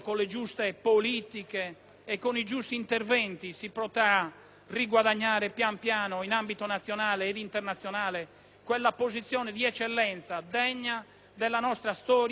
e con i giusti interventi si potrà riguadagnare pian piano in ambito nazionale ed internazionale quella posizione di eccellenza degna della nostra storia e delle nostre tradizioni.